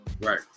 Right